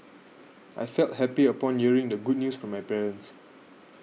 I felt happy upon hearing the good news from my parents